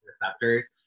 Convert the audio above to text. receptors